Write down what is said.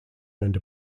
earned